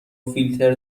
فیلتر